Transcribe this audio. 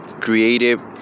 creative